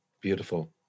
Beautiful